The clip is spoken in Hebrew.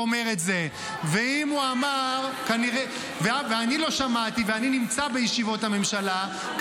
הוא הקפיד גם להגיע לישיבות הממשלה.